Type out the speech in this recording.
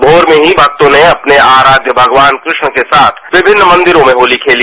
भोर में ही भक्तों ने अपने आराध्य कृष्ण के साथ विभिन्न मंदिरों में होली खेली